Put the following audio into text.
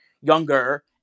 younger